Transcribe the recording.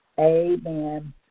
Amen